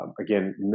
again